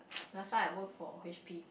last time I worked for H_P